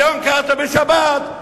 חניון קרתא בשבת,